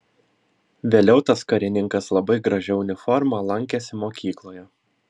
vėliau tas karininkas labai gražia uniforma lankėsi mokykloje